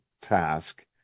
task